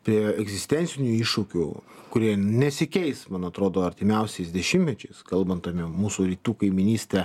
prie egzistencinių iššūkių kurie nesikeis man atrodo artimiausiais dešimtmečiais kalbant apie mūsų rytų kaimynystę